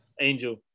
angel